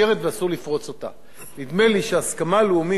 נדמה לי שהסכמה לאומית זה החוסן הלאומי.